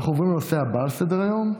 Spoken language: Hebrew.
אנחנו עוברים לנושא הבא על סדר-היום,